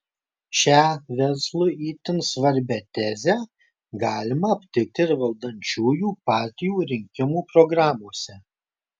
šią verslui itin svarbią tezę galima aptikti ir valdančiųjų partijų rinkimų programose